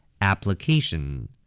Application